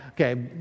Okay